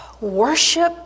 Worship